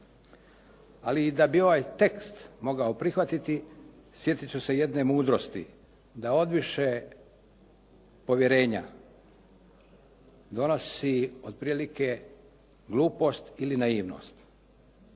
Ali i da bi ovaj tekst mogao prihvatiti, sjetit ću se jedne mudrosti, da odviše povjerenja donosi otprilike glupost ili naivnost